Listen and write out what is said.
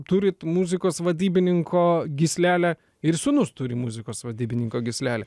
turit muzikos vadybininko gyslelę ir sūnus turi muzikos vadybininko gyslelę